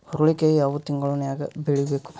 ಹುರುಳಿಕಾಳು ಯಾವ ತಿಂಗಳು ನ್ಯಾಗ್ ಬೆಳಿಬೇಕು?